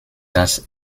das